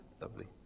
lovely